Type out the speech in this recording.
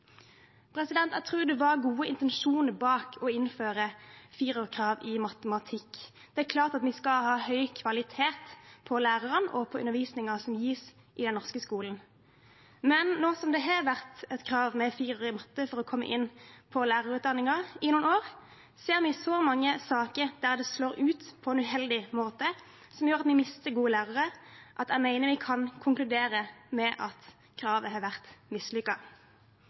Jeg tror det var gode intensjoner bak å innføre firerkravet i matematikk. Det er klart at vi skal ha høy kvalitet på lærerne og på undervisningen som gis i den norske skolen, men nå som det har vært et krav om en firer i matte for å komme inn på lærerutdanningen i noen år, ser vi så mange saker der det slår ut på en uheldig måte og gjør at vi mister gode lærere, at jeg mener vi kan konkludere med at kravet har vært